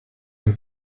ein